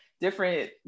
different